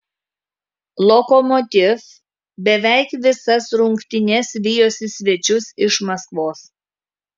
lokomotiv beveik visas rungtynes vijosi svečius iš maskvos